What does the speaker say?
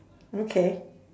okay